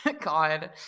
god